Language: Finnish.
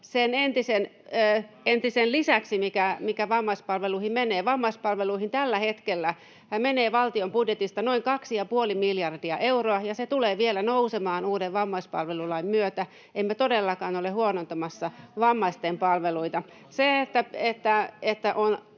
tätä korjataan!] Vammaispalveluihin menee tällä hetkellä valtion budjetista noin kaksi ja puoli miljardia euroa, ja se tulee vielä nousemaan uuden vammaispalvelulain myötä. Emme todellakaan ole huonontamassa vammaisten palveluita.